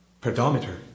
Pedometer